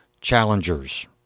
challengers